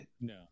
No